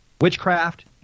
Witchcraft